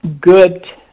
good